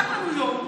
לקח לנו יום,